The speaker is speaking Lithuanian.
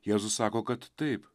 jėzus sako kad taip